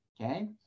okay